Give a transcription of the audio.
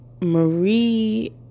Marie